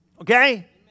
Okay